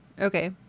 Okay